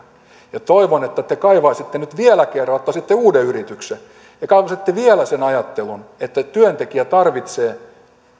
ja toivon että te kaivaisitte nyt vielä kerran ottaisitte uuden yrityksen kaivaisitte vielä sen ajattelun että työntekijä tarvitsee